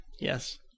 Yes